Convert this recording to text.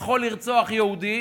יכול לרצוח יהודי,